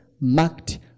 marked